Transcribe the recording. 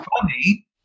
funny